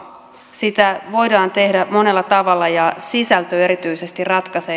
sitä voidaan tehdä monella tavalla ja sisältö erityisesti ratkaisee